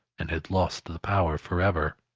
and had lost the power for ever.